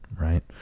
right